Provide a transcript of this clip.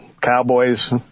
Cowboys